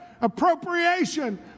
appropriation